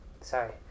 Sorry